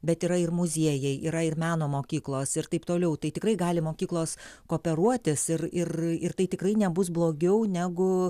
bet yra ir muziejai yra ir meno mokyklos ir taip toliau tai tikrai gali mokyklos kooperuotis ir ir ir tai tikrai nebus blogiau negu